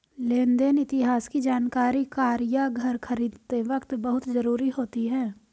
लेन देन इतिहास की जानकरी कार या घर खरीदते वक़्त बहुत जरुरी होती है